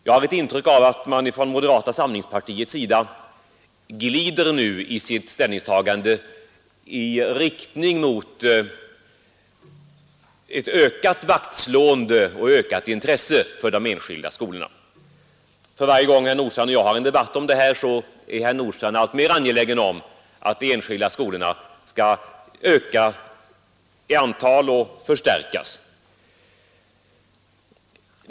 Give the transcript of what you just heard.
Jag har ett intryck av att man från moderata samlingspartiet nu glider i sitt ställningstagande i riktning mot ett ökat vaktslående om och ett ökat intresse för de enskilda skolorna. För varje gång herr Nordstrandh och jag haft en debatt om dessa frågor har herr Nordstrandh varit alltmer angelägen om att de enskilda skolorna skulle öka i antal och förstärkas.